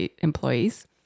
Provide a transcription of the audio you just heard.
employees